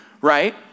Right